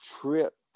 Tripped